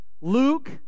Luke